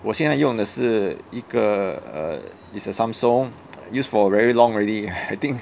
我现在用的是一个 uh is a samsung use for very long already I think